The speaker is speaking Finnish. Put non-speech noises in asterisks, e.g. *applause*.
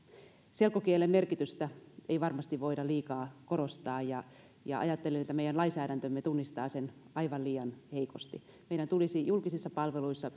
selkokielen merkitystä ei varmasti voida liikaa korostaa ja ja ajattelen että meidän lainsäädäntömme tunnistaa sen aivan liian heikosti meidän tulisi julkisissa palveluissa *unintelligible*